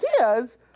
ideas